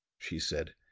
she said,